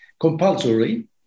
compulsory